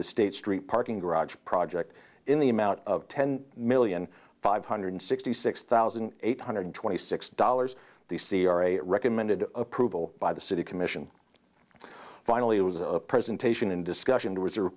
the state street parking garage project in the amount of ten million five hundred sixty six thousand eight hundred twenty six dollars the c r a recommended approval by the city commission finally it was a presentation and discussion was